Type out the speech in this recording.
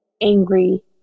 angry